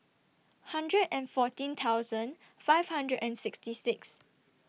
hundred and fourteen thousand five hundred and sixty six